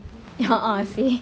a'ah seh